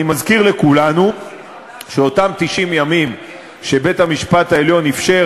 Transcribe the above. אני מזכיר לכולנו שאותם 90 ימים שבית-המשפט העליון אפשר